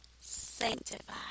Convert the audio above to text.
sanctify